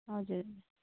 हजुर